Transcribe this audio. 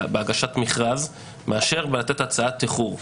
בהגשת מכרז מאשר בלתת הצעת תיחור.